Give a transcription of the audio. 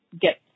get